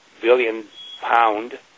billion-pound